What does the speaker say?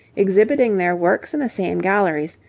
exhibiting their works in the same galleries,